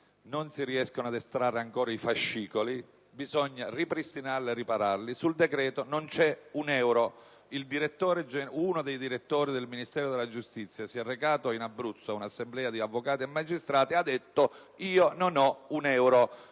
non si riescono ad estrarre ancora i fascicoli; bisogna ripristinarli e ripararli. Nel decreto non si stanzia un euro. Uno dei direttori del Ministero della giustizia si è recato in Abruzzo ad un'assemblea di avvocati e magistrati e ha ammesso di non avere